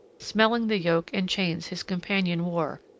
smelling the yoke and chains his companion wore,